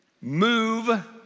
Move